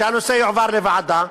שהנושא יועבר לוועדה,